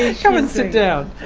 ah um and sit down.